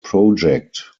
project